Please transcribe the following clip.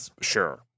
Sure